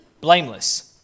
blameless